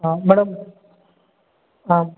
ಹಾಂ ಮೇಡಮ್ ಹಾಂ